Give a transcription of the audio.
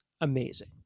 amazing